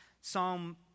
Psalm